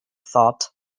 thought